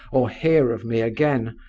or hear of me again,